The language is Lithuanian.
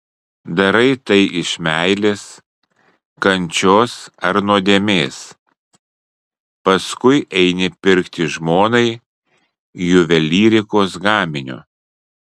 darai tai iš meilės kančios ar nuodėmės paskui eini pirkti žmonai juvelyrikos gaminio